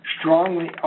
strongly